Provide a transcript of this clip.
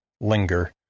linger